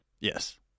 Yes